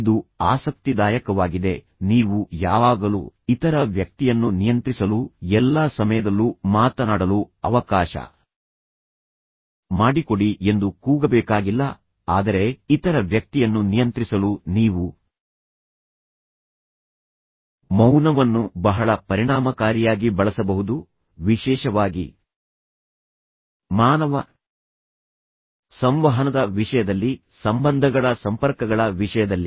ಇದು ಆಸಕ್ತಿದಾಯಕವಾಗಿದೆ ನೀವು ಯಾವಾಗಲೂ ಇತರ ವ್ಯಕ್ತಿಯನ್ನು ನಿಯಂತ್ರಿಸಲು ಎಲ್ಲಾ ಸಮಯದಲ್ಲೂ ಮಾತನಾಡಲು ಅವಕಾಶ ಮಾಡಿಕೊಡಿ ಎಂದು ಕೂಗಬೇಕಾಗಿಲ್ಲ ಆದರೆ ಇತರ ವ್ಯಕ್ತಿಯನ್ನು ನಿಯಂತ್ರಿಸಲು ನೀವು ಮೌನವನ್ನು ಬಹಳ ಪರಿಣಾಮಕಾರಿಯಾಗಿ ಬಳಸಬಹುದು ವಿಶೇಷವಾಗಿ ಮಾನವ ಸಂವಹನದ ವಿಷಯದಲ್ಲಿ ಸಂಬಂಧಗಳ ಸಂಪರ್ಕಗಳ ವಿಷಯದಲ್ಲಿ